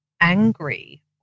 angry